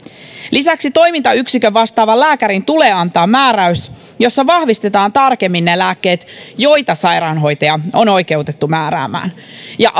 lisäksi toimintayksikön vastaavan lääkärin tulee antaa määräys jossa vahvistetaan tarkemmin ne lääkkeet joita sairaanhoitaja on oikeutettu määräämään ja